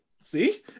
See